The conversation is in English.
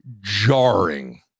jarring